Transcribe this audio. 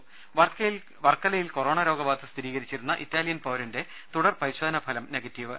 ദർദ വർക്കലയിൽ കൊറോണ രോഗബാധ സ്ഥിരീകരിച്ചിരുന്ന ഇറ്റാലിയൻ പൌരന്റെ തുടർ പരിശോധനാഫലം നെഗറ്റീവ്